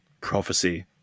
prophecy